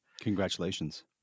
Congratulations